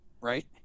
Right